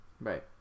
Right